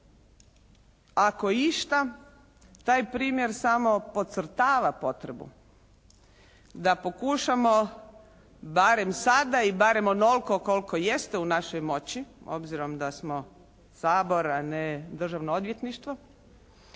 ako išta taj primjer samo potcrtava potrebu da pokušamo barem sada i barem onoliko koliko jeste u našoj moći obzirom da smo Sabor a ne Državno odvjetništvo,